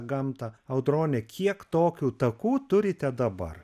gamtą audrone kiek tokių takų turite dabar